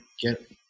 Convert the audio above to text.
get